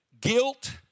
guilt